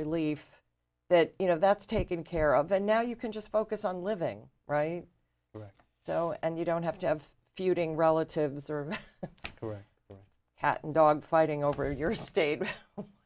relief that you know that's taken care of and now you can just focus on living right so and you don't have to have feuding relatives or your hat and dog fighting over your state